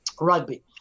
Rugby